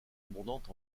abondante